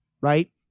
right